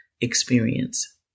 experience